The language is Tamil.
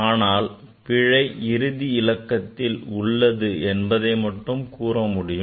ஆனால் பிழை இறுதி இலக்கத்தில் உள்ளது என்பதை மட்டும் கூற முடியும்